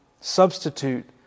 substitute